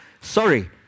Sorry